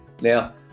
Now